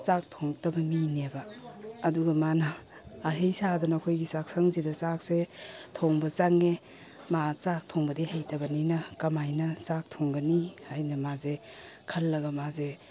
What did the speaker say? ꯆꯥꯛ ꯊꯣꯡꯉꯛꯇꯕ ꯃꯤꯅꯦꯕ ꯑꯗꯨꯒ ꯃꯥꯅ ꯑꯍꯩ ꯁꯥꯗꯅ ꯑꯩꯈꯣꯏꯒꯤ ꯆꯥꯛꯁꯪꯁꯤꯗ ꯆꯥꯛꯁꯦ ꯊꯣꯡꯕ ꯆꯪꯉꯦ ꯃꯥ ꯆꯥꯛ ꯊꯣꯡꯕꯗꯤ ꯍꯩꯇꯕꯅꯤꯅ ꯀꯃꯥꯏꯅ ꯆꯥꯛ ꯊꯣꯡꯒꯅꯤ ꯍꯥꯏꯅ ꯃꯥꯁꯦ ꯈꯜꯂꯒ ꯃꯥꯁꯦ